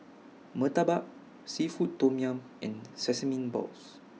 Murtabak Seafood Tom Yum and Sesame Balls